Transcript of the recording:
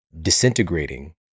disintegrating